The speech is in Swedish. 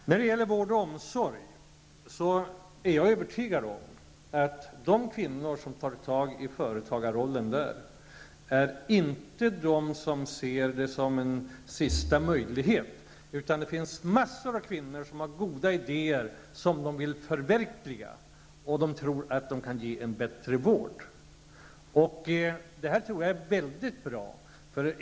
Jag är övertygad om att de kvinnor som tar på sig en företagarroll inom områdena vård och omsorg inte är kvinnor som ser det som en sista möjlighet. Det finns en mängd kvinnor med goda idéer som de vill förverkliga. De tror att de kan ge en bättre vård. Det här tror jag är mycket bra.